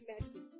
message